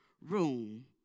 room